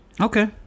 Okay